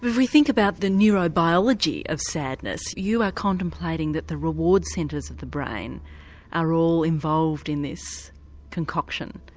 we think about the neurobiology of sadness, you are contemplating that the reward centres of the brain are all involved in this concoction.